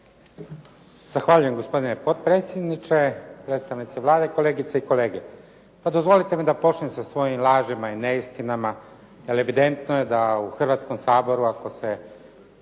Zahvaljujem gospodine potpredsjedniče. Predstavnici Vlade, kolegice i kolege. Pa dozvolite mi da počnem sa svojim lažima i neistinama jer evidentno je da u Hrvatskom saboru ako se